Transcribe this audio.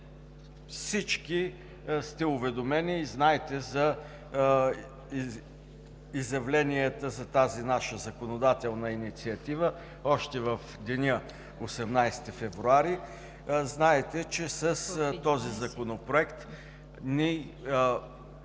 всички сте уведомени и знаете за изявленията за тази наша законодателна инициатива още в деня 18 февруари. Знаете, че с този законопроект ние